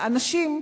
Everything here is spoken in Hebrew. אלא אנשים,